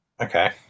Okay